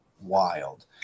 wild